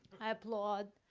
i applaud,